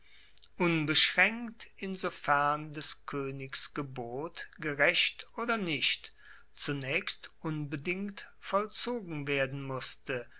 unbeschraenkt insofern des koenigs gebot gerecht oder nicht zunaechst unbedingt vollzogen werden musste